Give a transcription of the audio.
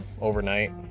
overnight